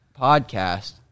podcast